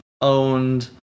owned